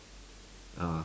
ah